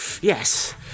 yes